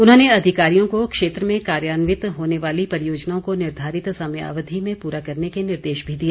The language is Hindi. उन्होंने अधिकारियों को क्षेत्र में कार्यान्वित होने वाली परियोजनाओं को निर्धारित समयावधि में पूरा करने के निर्देश भी दिए